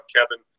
Kevin